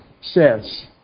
says